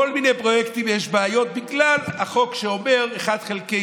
בכל מיני פרויקטים יש בעיות בגלל החוק שאומר אחד חלקי